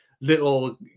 little